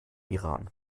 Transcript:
iran